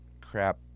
crap